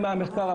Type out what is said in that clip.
נכון מאוד.